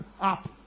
up